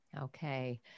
Okay